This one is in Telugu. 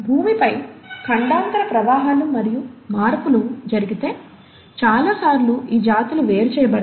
భూమిపై ఖండాంతర ప్రవాహాలు మరియు మార్పులు జరిగితే చాలా సార్లు ఈ జాతులు వేరు చేయబడతాయి